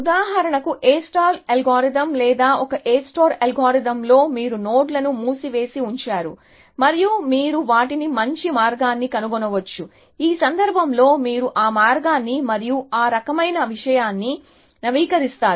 ఉదాహరణకు A algorithm లేదా ఒక A అల్గోరిథంలో మీరు నోడ్లను మూసివేసి ఉంచారు మరియు మీరు వాటిని మంచి మార్గాన్ని కనుగొనవచ్చు ఈ సందర్భంలో మీరు ఆ మార్గాన్ని మరియు ఆ రకమైన విషయాన్ని నవీకరిస్తారు